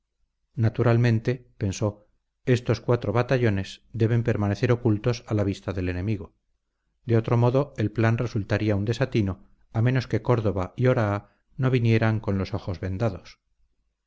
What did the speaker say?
naturalmente pensó estos cuatro batallones deben permanecer ocultos a la vista del enemigo de otro modo el plan resultaría un desatino a menos que córdoba y oraa no vinieran con los ojos vendados